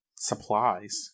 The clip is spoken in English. supplies